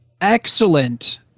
Excellent